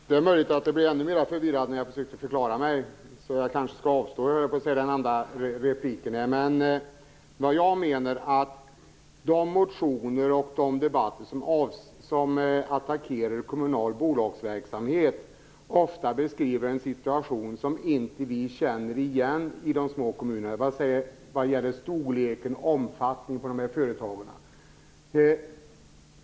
Fru talman! Det är möjligt att det blev ännu mer förvirrande när jag försökte förklara mig, så jag kanske skall avstå. Men jag menar att man i de motioner och debatter där kommunal bolagsverksamhet attackeras beskrivs ofta en situation som vi i de små kommunerna inte känner igen när det gäller storlek och omfattning på dessa företag.